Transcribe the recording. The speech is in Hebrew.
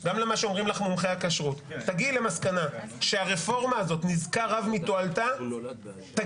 פרסום